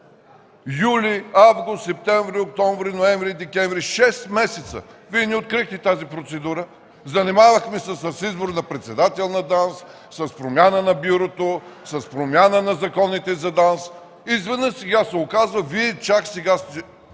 юли, август, септември, октомври, ноември и декември – шест месеца Вие не открихте тази процедура. Занимавахме се с избор на председател на ДАНС, с промяна на Бюрото, с промяна на законите за ДАНС и изведнъж се оказва, че Вие чак сега